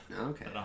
Okay